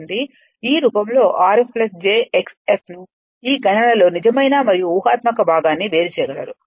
ఈ రూపంలో Rf j x f ను ఈ గణనలో నిజమైన మరియు ఊహాత్మక భాగాన్ని వేరు చేయగలరు